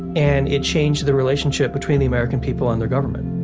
and it changed the relationship between the american people and their government